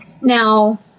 Now